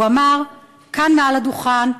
הוא אמר כאן מעל הדוכן: